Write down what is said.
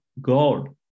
God